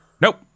Nope